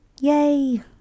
yay